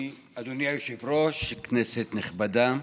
אדוני היושב-ראש, כנסת נכבדה,